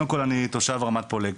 אני תושב רמת פולג,